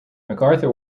macarthur